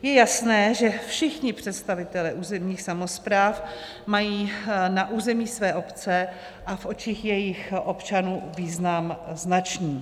Je jasné, že všichni představitelé územních samospráv mají na území své obce a v očích jejích občanů význam značný.